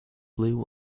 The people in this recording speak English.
blew